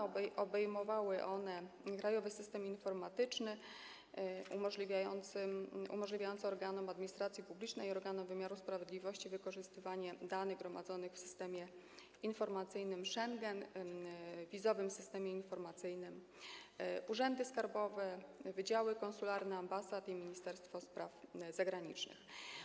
Obejmowały one Krajowy System Informatyczny umożliwiający organom administracji publicznej i organom wymiaru sprawiedliwości wykorzystywanie danych gromadzonych w Systemie Informacyjnym Schengen, Wizowym Systemie Informacyjnym, tj. urzędy skarbowe, wydziały konsularne ambasad i Ministerstwo Spraw Zagranicznych.